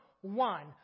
one